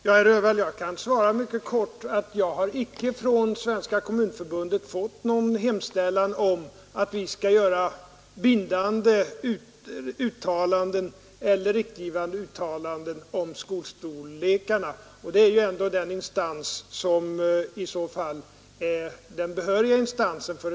Herr talman! Jag kan svara mycket kort att jag inte fått någon hemställan från Svenska kommunförbundet om att göra riktgivande uttalanden om skolstorlekarna. Kommunförbundet är ju ändå den behöriga instansen när det gäller att framställa en sådan begäran.